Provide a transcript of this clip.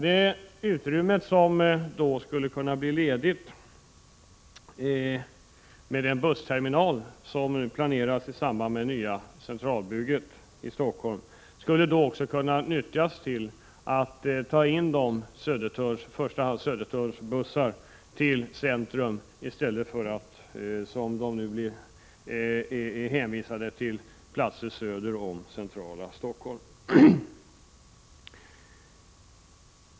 Det utrymme som då blir ledigt i den bussterminal som planeras i samband med det nya Centralen-bygget skulle då också kunna nyttjas till att ta in i 89 första hand Södertörnsbussarna till centrum i stället för att som nu hänvisa dem till platser söder om centrala Stockholm.